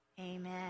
Amen